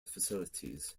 facilities